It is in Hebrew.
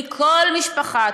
מכל משפחה,